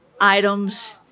items